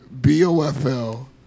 B-O-F-L